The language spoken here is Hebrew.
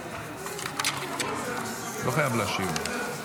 לא חייבים להשיב.